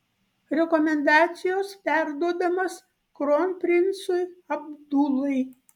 rekomendacijos perduodamos kronprincui abdulai